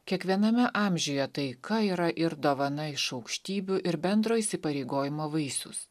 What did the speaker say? kiekviename amžiuje taika yra ir dovana iš aukštybių ir bendro įsipareigojimo vaisius